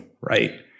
right